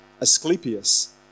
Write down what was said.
Asclepius